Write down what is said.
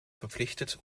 verpflichtet